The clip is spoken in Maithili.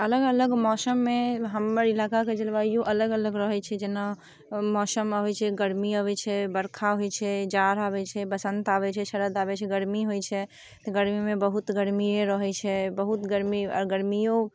अलग अलग मौसममे हमर इलाकाके जलवायु अलग अलग रहै छै जेना मौसम अबै छै गरमी अबै छै बरखा होइ छै जाड़ आबै छै बसन्त आबै छै शरद आबै छै गरमी होइ छै तऽ गरमीमे बहुत गरमिए रहै छै बहुत गरमी आओर गरमिओ